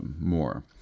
more